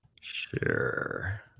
Sure